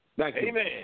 Amen